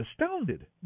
astounded